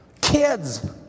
kids